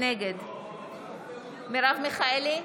נגד מרב מיכאלי,